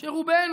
שרובנו,